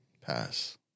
Pass